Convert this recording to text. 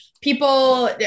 people